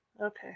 okay